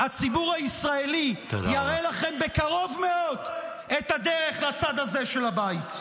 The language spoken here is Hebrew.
הציבור הישראלי יראה לכם בקרוב מאוד את הדרך לצד הזה של הבית.